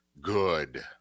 good